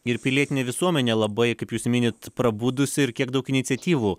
ir pilietinė visuomenė labai kaip jūs minit prabudusi ir kiek daug iniciatyvų